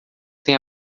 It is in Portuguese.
tem